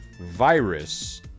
virus